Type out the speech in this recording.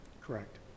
correct